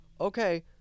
okay